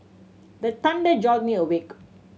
the thunder jolt me awake